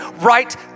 right